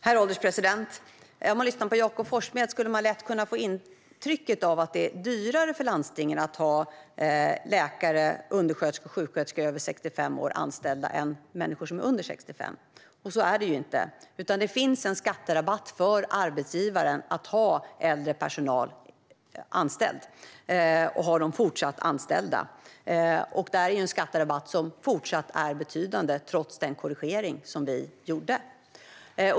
Herr ålderspresident! När man lyssnar på Jakob Forssmed får man lätt intrycket att det är dyrare för landstingen att ha läkare, undersköterskor och sjuksköterskor över 65 år anställda än människor som är under 65. Så är det inte, utan det finns en skatterabatt för arbetsgivaren för att ha äldre personal anställd. Det är en skatterabatt som även fortsättningsvis är betydande trots den korrigering som vi gjorde.